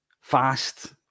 fast